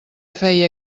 feia